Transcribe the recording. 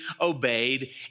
obeyed